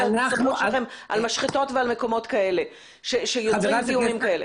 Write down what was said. הסמכות שלכם על משחטות ועל מקומות כאלה שיוצרים זיהומים כאלה.